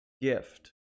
gift